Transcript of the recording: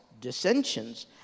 dissensions